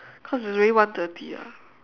cause it's already one thirty ah